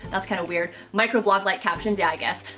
that's kind of weird. micro-blog-like captions, yeah i guess,